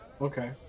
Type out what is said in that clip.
okay